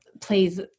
please